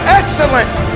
excellence